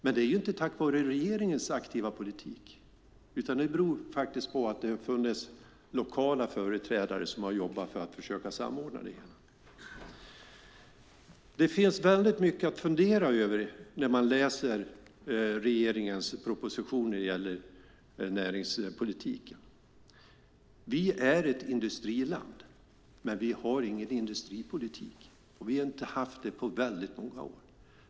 Men det är inte tack vare regeringens aktiva politik, utan det beror på att det har funnits lokala företrädare som har jobbat för att försöka samordna det hela. Det finns mycket att fundera över när man läser regeringens proposition när det gäller näringspolitiken. Sverige är ett industriland, men vi har ingen industripolitik. Vi har inte haft det på många år.